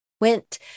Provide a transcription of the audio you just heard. went